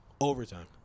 Overtime